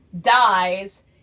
dies